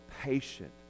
patient